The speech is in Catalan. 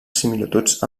similituds